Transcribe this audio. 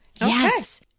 Yes